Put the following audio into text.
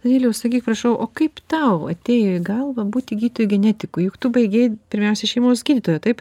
danieliau sakyk prašau o kaip tau atėjo į galvą būti gydytoju genetiku juk tu baigei pirmiausiai šeimos gydytojo taip